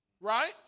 Right